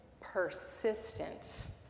persistent